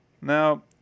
now